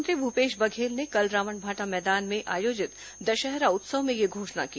मुख्यमंत्री भूपेश बघेल ने कल रावणभाटा मैदान में आयोजित दशहरा उत्सव में यह घोषणा की